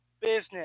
business